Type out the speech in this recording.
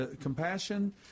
compassion